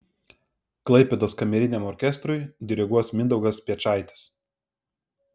klaipėdos kameriniam orkestrui diriguos mindaugas piečaitis